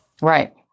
Right